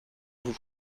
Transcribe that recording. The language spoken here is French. vous